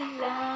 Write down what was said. love